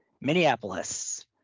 Minneapolis